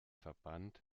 verband